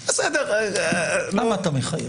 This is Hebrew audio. אני מבין את השיקול של גלעד.